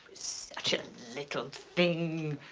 such a little thing.